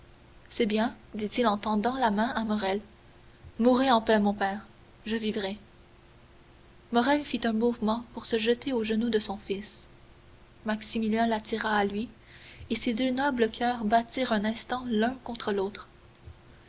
c'est bien dit-il en tendant la main à morrel mourez en paix mon père je vivrai morrel fit un mouvement pour se jeter aux genoux de son fils maximilien l'attira à lui et ces deux nobles coeurs battirent un instant l'un contre l'autre